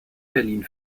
berlin